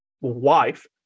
wife